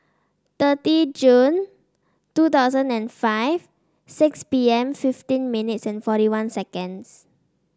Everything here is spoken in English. thirty June two thousand and five six P M fifteen minutes forty one seconds